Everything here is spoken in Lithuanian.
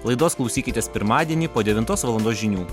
laidos klausykitės pirmadienį po devintos valandos žinių